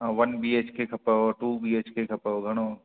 one B H K खपेव two B H K खपेव घणो